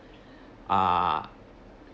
are